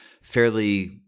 fairly